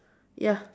ya